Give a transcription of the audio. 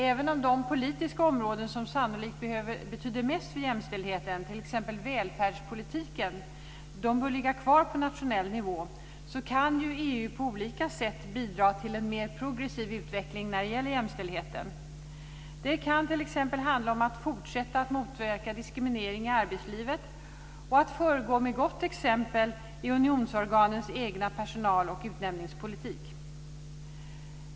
Även om de politiska områden som sannolikt betyder mest för jämställdheten, t.ex. välfärdspolitiken, bör ligga kvar på nationell nivå, kan EU på olika sätt bidra till en mer progressiv utveckling när det gäller jämställdheten. Det kan t.ex. handla om att fortsätta att motverka diskriminering i arbetslivet och att föregå med gott exempel i unionsorganens egna personal och utnämningspolitik.